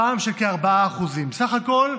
הפעם של כ-4%, סך הכול: